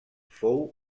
fou